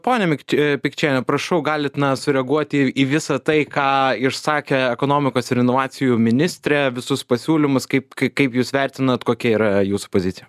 ponia mikč i pikčiene prašau galit na sureaguoti į visą tai ką išsakė ekonomikos ir inovacijų ministrė visus pasiūlymus kaip k kaip jūs vertinat kokia yra jūsų pozicija